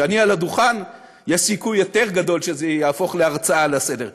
כשאני על הדוכן יש סיכוי יותר גדול שזה יהפוך להרצאה לסדר-היום.